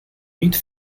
niet